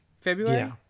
February